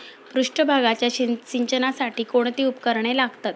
पृष्ठभागाच्या सिंचनासाठी कोणती उपकरणे लागतात?